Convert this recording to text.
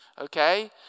okay